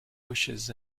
wishes